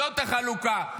זאת החלוקה.